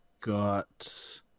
got